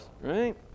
right